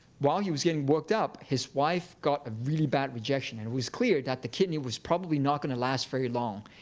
while he was getting worked up, his wife got a really bad rejection, and it was clear that the kidney was probably not gonna last very long.